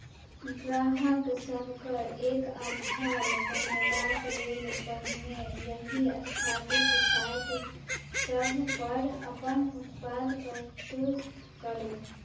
ग्राहक सभके एक आधार बनेबाक लेल पहिने एहि स्थापित साइट सभपर अपन उत्पाद प्रस्तुत करू